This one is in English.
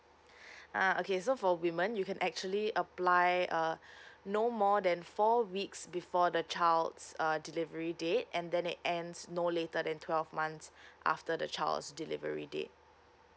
uh okay so for women you can actually apply uh no more than four weeks before the child's uh delivery date and then it ends no later than twelve months after the child's delivery date